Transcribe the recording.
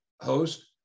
host